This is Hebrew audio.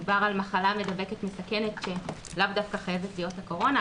דובר על מחלה מדבקת מסכנת שלאו דווקא חייבת להיות הקורונה.